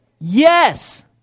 Yes